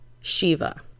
Shiva